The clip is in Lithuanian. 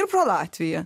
ir pro latviją